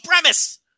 premise